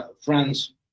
France